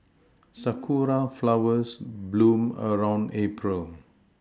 sakura flowers bloom around April